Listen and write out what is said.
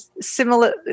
similar